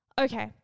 Okay